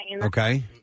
Okay